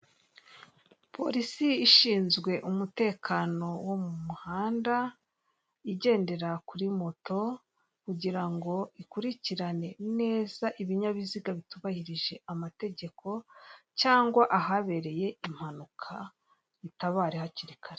Polisi ishinzwe umutekano wo mu muhanda, igendera kuri moto, kugira ngo ikurikirane neza ibinyabiziga bitubahirije amategeko cyangwa ahabereye impanuka itabare hakiri kare.